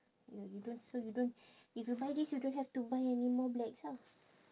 ya you don't so you don't if you buy this you don't have to buy any more blacks ah